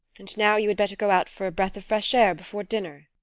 and now you had better go out for a breath of fresh air before dinner.